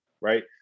right